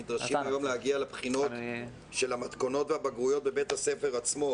נדרשים היום להגיע לבחינות של המתכונות והבגרויות בבית הספר עצמו.